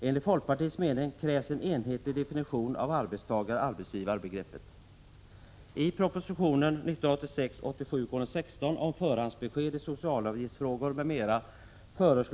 Enligt folkpartiets mening krävs en enhetlig definition av arbetstagaroch arbetsgivarbegreppen.